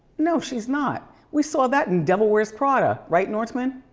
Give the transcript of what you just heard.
no, she's not. we saw that in devil wears prada, right nortman?